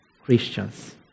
Christians